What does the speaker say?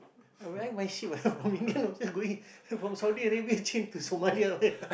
why my ship ah from Indian Ocean going from Saudi-Arabia change to Somalia